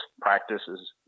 practices